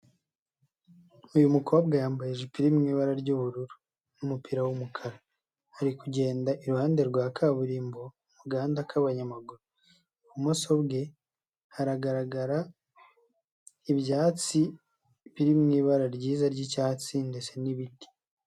Uyu mukobwa yambaye ijipo iri mu ibara ry'ubururu n'umupira w'umukara, ari kugenda iruhande rwa kaburimbo mugahanda k'abanyamaguru, ibumoso bwe haragaragara ibyatsi biri mu ibara ryiza ry'icyatsi ndetse n'ibiti.